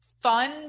fun